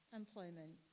employment